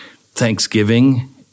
Thanksgiving